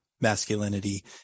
masculinity